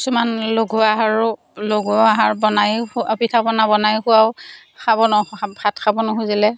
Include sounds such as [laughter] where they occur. কিছুমান লঘু আহাৰো লঘু আহাৰ বনাইয়ো [unintelligible] পিঠাপনা বনাইয়ো খুৱাওঁ খাব [unintelligible] ভাত খাব নুখুজিলে